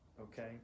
okay